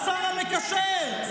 השר המקשר,